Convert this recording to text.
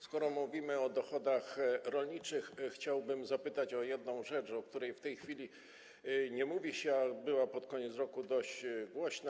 Skoro mówimy o dochodach rolniczych, chciałbym zapytać o jedną rzecz, o której w tej chwili nie mówi się, a która była pod koniec roku dość głośna.